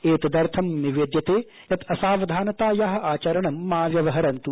एतदर्थ निवेद्यते यत् असावधानतायाः आचरणं मा व्यवहरन्त्